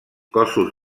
cossos